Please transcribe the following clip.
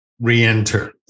re-enter